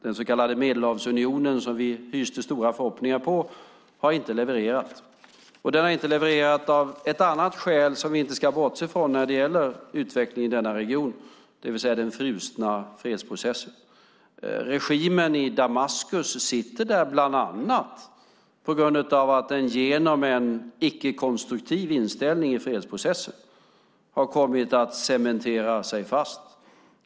Den så kallade Medelhavsunionen som vi hyste stora förhoppningar om har inte levererat. Den har inte levererat av ett annat skäl som vi inte ska bortse från när det gäller utvecklingen i denna region, det vill säga den frusna fredsprocessen. Regimen i Damaskus sitter där bland annat på grund av att den genom en icke konstruktiv inställning i fredsprocessen har kommit att cementera sig fast.